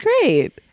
great